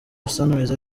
sunrise